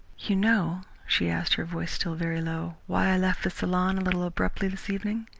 you know, she asked, her voice still very low, why i left the saloon a little abruptly this evening?